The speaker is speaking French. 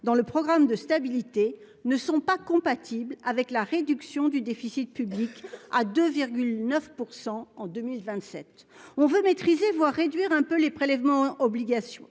dans le programme de stabilité ne sont pas compatibles avec la réduction du déficit public à 2 9 % en 2027. On veut maîtriser voire réduire un peu les prélèvements obligation